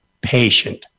patient